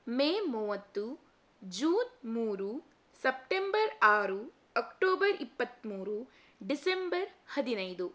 ಮೇ ಮೂವತ್ತು ಜೂನ್ ಮೂರು ಸಪ್ಟೆಂಬರ್ ಆರು ಅಕ್ಟೋಬರ್ ಇಪ್ಪತ್ತ್ಮೂರು ಡಿಸೆಂಬರ್ ಹದಿನೈದು